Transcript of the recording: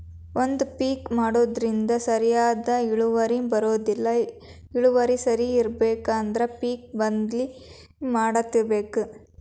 ಒಂದೇ ಪಿಕ್ ಮಾಡುದ್ರಿಂದ ಸರಿಯಾದ ಇಳುವರಿ ಬರುದಿಲ್ಲಾ ಇಳುವರಿ ಸರಿ ಇರ್ಬೇಕು ಅಂದ್ರ ಪಿಕ್ ಬದ್ಲಿ ಮಾಡತ್ತಿರ್ಬೇಕ